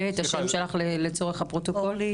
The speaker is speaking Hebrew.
לצורך הפרוטוקול, תאמרי את שמך.